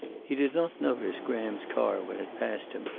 he did not notice graham's car when it passed him,